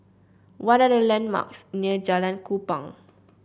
what are the landmarks near Jalan Kupang